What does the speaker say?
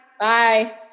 Bye